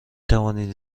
توانید